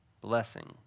blessing